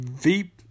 deep